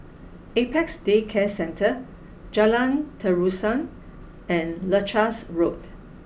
Apex Day Care Centre Jalan Terusan and Leuchars Road